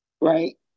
right